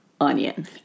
onion